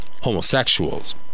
homosexuals